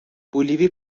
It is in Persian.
بولیوی